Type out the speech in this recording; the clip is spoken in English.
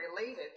related